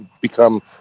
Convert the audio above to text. become